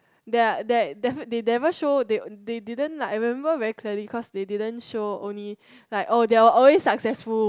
their that they never show they they didn't like I remember very clearly cause they didn't show only like oh they're always successful